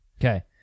Okay